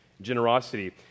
generosity